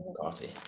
coffee